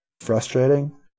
frustrating